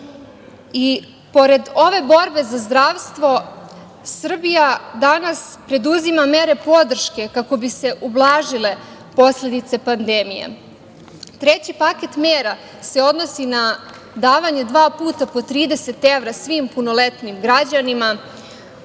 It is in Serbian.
Sadu. Pored ove borbe za zdravstvo, Srbija danas preduzima mere podrške kako bi se ublažile posledice pandemije. Treći paket mera se odnosi na davanje dva puta po 30 evra svim punoletnim građanima,